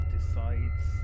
Decides